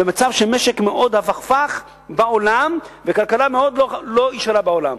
במצב של משק מאוד הפכפך בעולם וכלכלה מאוד לא ישרה בעולם.